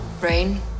Rain